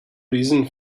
reason